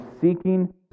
seeking